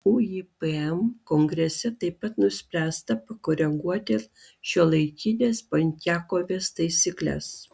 uipm kongrese taip pat nuspręsta pakoreguoti šiuolaikinės penkiakovės taisykles